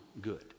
good